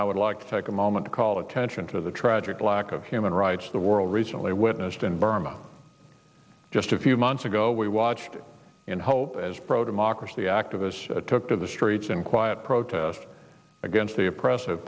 i would like to take a moment to call attention to the tragic lack of human rights the world recently witnessed in burma just a few months ago we watched in hope as pro democracy activists took to the streets in quiet protest against the oppressive